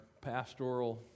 pastoral